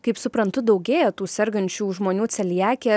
kaip suprantu daugėja tų sergančių žmonių celiakija